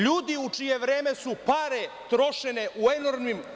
LJudi u čije vreme su pare trošene u enormnim